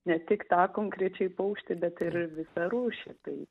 ne tik tą konkrečiai paukštį bet ir visą rūšį tai